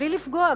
בלי לפגוע,